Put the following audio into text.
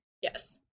yes